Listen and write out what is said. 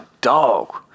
dog